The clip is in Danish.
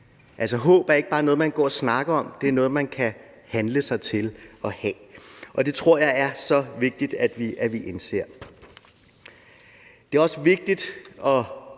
Altså, håb er ikke bare noget, man går og snakker om; det er noget, man kan handle sig til at have. Det tror jeg er så vigtigt at vi indser. Det er også vigtigt, at